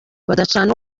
badacana